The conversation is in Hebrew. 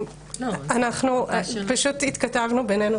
התכתבנו בינינו